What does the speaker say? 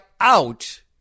out